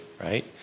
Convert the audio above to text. right